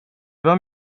var